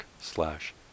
slash